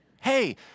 Hey